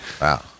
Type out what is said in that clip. Wow